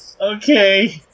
okay